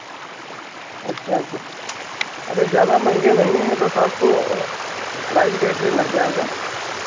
अच्छा अच्छा अरे ज़्यादा महंगे नहीं हैं बस आपको प्राइस रेट में लग जाएगा